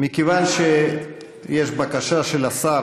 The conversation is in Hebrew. מכיוון שיש בקשה של השר,